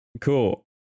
Cool